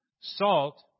Salt